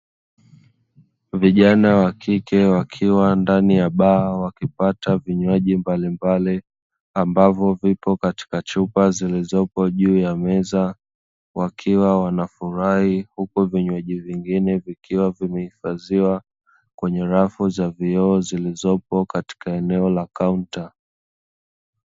Vijana wa kike wakiwa ndani ya baa wakipata vinywaji mbalimbali ambavyo vipo katika chupa zilizopo juu ya meza, wakiwa wanafurahi huku vinywaji vingine vikiwa vimehifadhiwa kwenye rafu za vioo zilizopo katika eneo la kaunta.